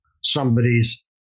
somebody's